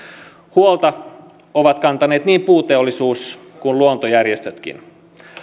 huolta ovat kantaneet niin puuteollisuus kuin luontojärjestötkin